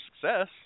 success